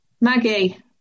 Maggie